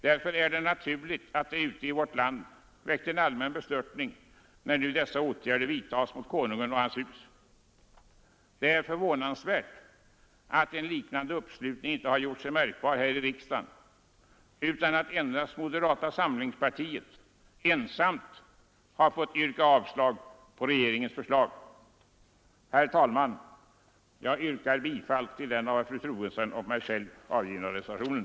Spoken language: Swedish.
Därför är det naturligt att det ute i vårt land väckt allmän bestörtning, när nu dessa åtgärder vidtages mot Konungen och hans hus, Det är förvånansvärt att en liknande uppslutning icke gjort sig märkbar här i riksdagen utan att moderata samlingspartiet ensamt har yrkat avslag på regeringens förslag. Herr talman! Jag yrkar bifall till den av fru Troedsson och mig själv avgivna reservationen.